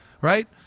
right